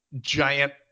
giant